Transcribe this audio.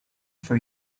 for